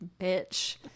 bitch